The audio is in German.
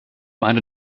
meine